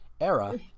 era